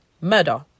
murder